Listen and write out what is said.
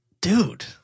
dude